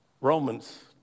Romans